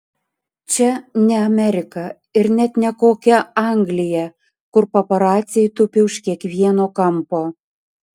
čia ne amerika ir net ne kokia anglija kur paparaciai tupi už kiekvieno kampo